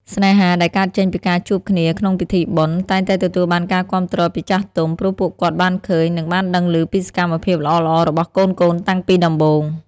ស្នេហាដែលកើតចេញពីការជួបគ្នាក្នុងពិធីបុណ្យ តែងតែទទួលបានការគាំទ្រពីចាស់ទុំ ព្រោះពួកគាត់បានឃើញ និងបានដឹងឮពីសកម្មភាពល្អៗរបស់កូនៗតាំងពីដំបូង។